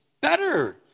better